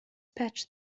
patch